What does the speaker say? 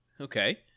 Okay